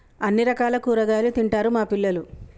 అన్ని రకాల కూరగాయలు తింటారు మా పిల్లలు